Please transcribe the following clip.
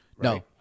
No